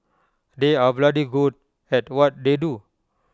they are bloody good at what they do